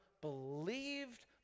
believed